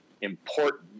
important